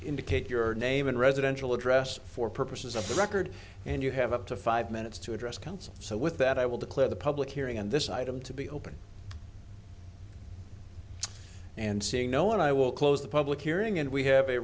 indicate your name and residential address for purposes of the record and you have up to five minutes to address council so with that i will declare the public hearing on this item to be open and seeing no one i will close the public hearing and we have a